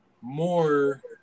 more